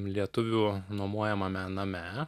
lietuvių nuomojamame name